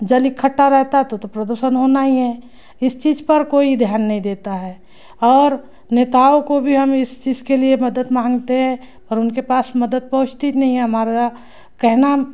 जल इकट्ठा रहता तो तो प्रदूषण होना ही है इस चीज़ पर कोई ध्यान नहीं देता है और नेताओं को भी हम इस चीज़ के लिए मदद मांगते हैं और उनके पास मदद पहुँचती नहीं है हमारा कहना